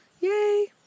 yay